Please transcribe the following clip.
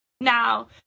now